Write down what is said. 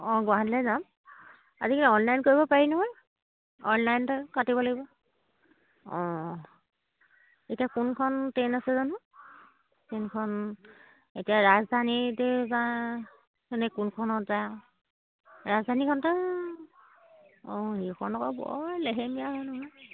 অঁ গুৱাহাটীলৈ যাম আজিকালি অনলাইন কৰিব পাৰি নহয় অনলাইনতে কাটিব লাগিব অঁ এতিয়া কোনখন ট্ৰেইন আছে জানো ট্ৰেইনখন এতিয়া ৰাজধানীতে যাওনে কোনখন যাও ৰাজধানীখনতে অঁ সেইখন আকৌ বৰ লেহেমীয়া হয় নহয়